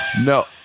No